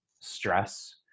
stress